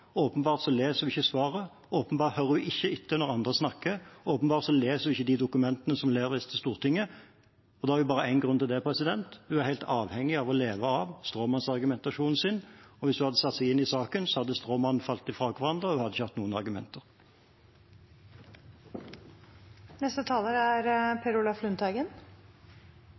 Åpenbart leser hun ikke svaret, åpenbart hører hun ikke etter når andre snakker, åpenbart leser hun ikke de dokumentene som leveres til Stortinget. Da har hun bare én grunn til det: Hun er helt avhengig av å leve av stråmannsargumentasjonen sin. Hvis hun hadde satt seg inn i saken, hadde stråmannen falt fra hverandre, og hun hadde ikke hatt noen argumenter. Et innlegg som det statsråden holdt nå, har jeg aldri hørt tidligere fra noen statsråd. Det er